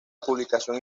publicación